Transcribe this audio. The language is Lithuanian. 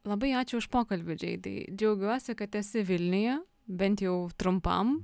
labai ačiū už pokalbį džeidai džiaugiuosi kad esi vilniuje bent jau trumpam